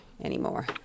anymore